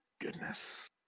goodness